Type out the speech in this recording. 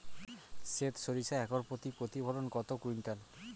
সেত সরিষা একর প্রতি প্রতিফলন কত কুইন্টাল?